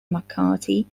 mccarthy